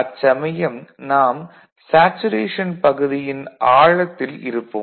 அச்சமயம் நாம் சேச்சுரேஷன் பகுதியின் ஆழத்தில் இருப்போம்